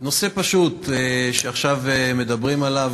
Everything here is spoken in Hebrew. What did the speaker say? נושא שפשוט מדברים עליו